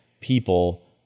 people